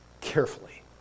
Carefully